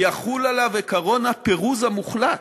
יחול עליו עקרון הפירוז המוחלט.